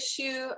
issue